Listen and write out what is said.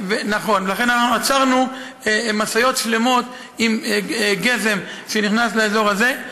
לכן עצרנו משאיות שלמות עם גזם שנכנס לאזור הזה.